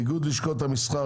איגוד לשכות המסחר,